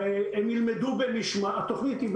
והם ילמדו במשמרות.